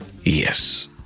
Yes